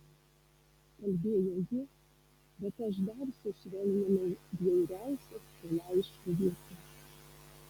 kalbėjo ji bet aš dar sušvelninau bjauriausias to laiško vietas